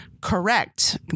correct